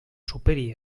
superi